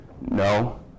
No